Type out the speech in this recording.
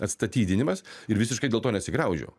atstatydinimas ir visiškai dėl to nesigraužiau